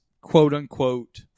quote-unquote